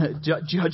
judge